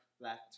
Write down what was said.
left